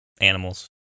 Animals